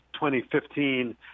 2015